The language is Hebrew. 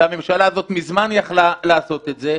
והממשלה הזאת מזמן יכלה לעשות את זה,